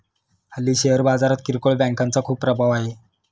हल्ली शेअर बाजारात किरकोळ बँकांचा खूप प्रभाव आहे